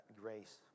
grace